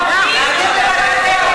להעביר לוועדה.